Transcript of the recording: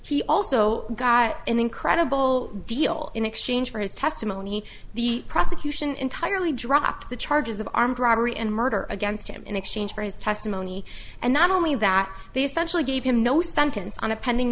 and he also got an incredible deal in exchange for his testimony the prosecution entirely dropped the charges of armed robbery and murder against him in exchange for his testimony and not only that the